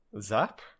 Zap